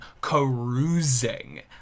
carousing